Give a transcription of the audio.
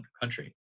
country